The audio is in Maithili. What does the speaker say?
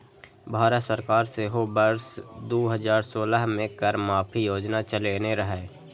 भारत सरकार सेहो वर्ष दू हजार सोलह मे कर माफी योजना चलेने रहै